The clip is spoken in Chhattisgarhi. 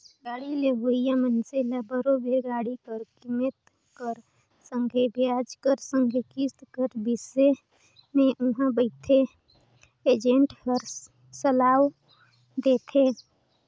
गाड़ी लेहोइया मइनसे ल बरोबेर गाड़ी कर कीमेत कर संघे बियाज कर संघे किस्त कर बिसे में उहां बइथे एजेंट हर सलाव देथे